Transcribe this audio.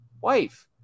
wife